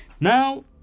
Now